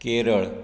Kerala